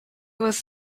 was